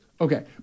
Okay